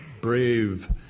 brave